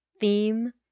theme